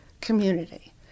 community